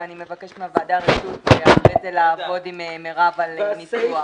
ואני מבקשת מהוועדה רשות אחרי זה לעבוד עם מרב על הניסוח.